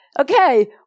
okay